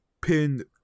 pinned